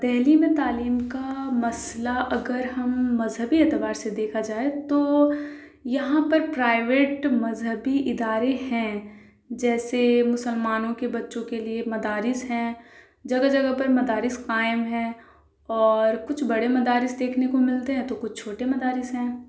دہلی میں تعلیم کا مسٔلہ اگر ہم مذہبی اعتبار سے دیکھا جائے تو یہاں پر پرائیویٹ مذہبی اِدارے ہیں جیسے مسلمانوں کے بچوں کے لیے مدارس ہیں جگہ جگہ پر مدارس قائم ہیں اور کچھ بڑے مدارس دیکھنے کو ملتے ہیں تو کچھ چھوٹے مدارس ہیں